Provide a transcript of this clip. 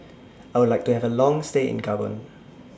I Would like to Have A Long stay in Gabon